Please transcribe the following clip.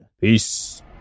Peace